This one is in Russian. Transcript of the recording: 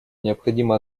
необходимо